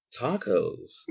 tacos